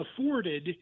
afforded